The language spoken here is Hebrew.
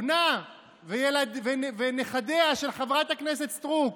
ניסו לרצוח את בנה ונכדיה של חברת הכנסת סטרוק.